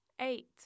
eight